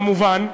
כמובן,